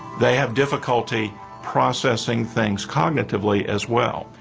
they have difficulty processing things cognitively as well.